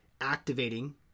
activating